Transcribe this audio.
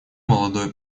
молодое